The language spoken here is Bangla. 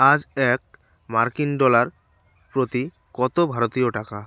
আজ এক মার্কিন ডলার প্রতি কত ভারতীয় টাকা